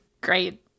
great